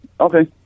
Okay